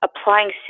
applying